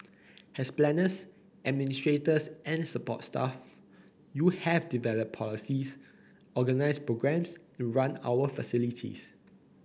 as planners administrators and support staff you have developed policies organised programmes and run our facilities